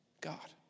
God